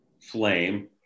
flame